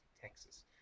Texas